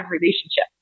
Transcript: relationship